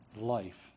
life